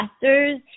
pastors